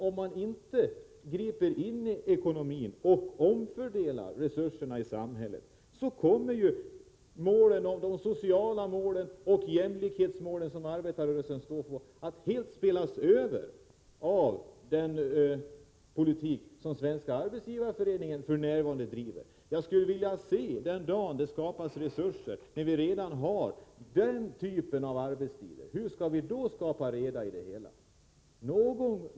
Om man inte griper in i ekonomin och omfördelar resurserna i samhället, kommer de sociala mål och jämlikhetsmål som arbetarrörelsen står för att helt spelas över av den politik som Svenska arbetsgivareföreningen f.n. driver. Jag skulle vilja se den dag det skapas resurser när vi redan har den typen av arbetstider. Hur skall vi då skapa reda i det hela?